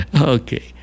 Okay